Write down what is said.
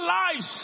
life